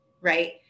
right